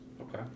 Okay